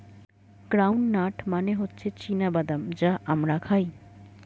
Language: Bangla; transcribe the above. গ্রাউন্ড নাট মানে হচ্ছে চীনা বাদাম যা আমরা খাই